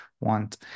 want